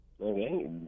okay